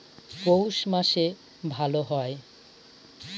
পৌষ মাসে ভালো হয়?